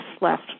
left